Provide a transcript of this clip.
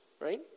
right